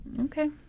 Okay